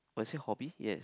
was it hobby yes